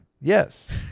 yes